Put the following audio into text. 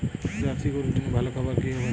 Jersey গরুর জন্য ভালো খাবার কি হবে?